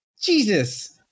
Jesus